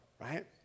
right